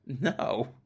No